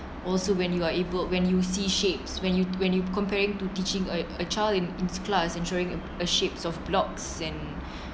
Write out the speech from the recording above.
also when you are able when you see shapes when you when you comparing to teaching a a child in in class and showing a shapes of blocks and